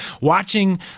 watching